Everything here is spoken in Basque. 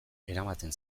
eramaten